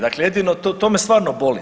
Dakle, jedino to me stvarno boli.